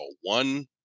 one